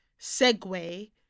segue